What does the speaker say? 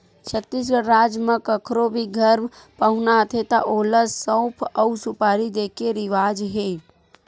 छत्तीसगढ़ राज म कखरो भी घर पहुना आथे त ओला सउफ अउ सुपारी दे के रिवाज हे